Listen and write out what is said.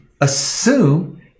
assume